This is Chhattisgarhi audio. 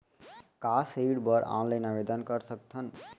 का ऋण बर ऑनलाइन आवेदन कर सकथन?